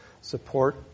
support